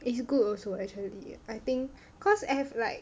is good also actually I think because have like